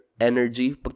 energy